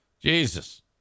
Jesus